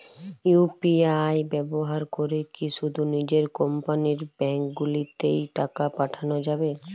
UPI ব্যবহার করে কি শুধু নিজের কোম্পানীর ব্যাংকগুলিতেই টাকা পাঠানো যাবে?